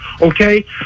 Okay